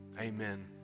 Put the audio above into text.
amen